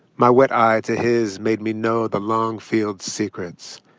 my wet eye to his made me know the long field's secrets.